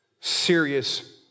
serious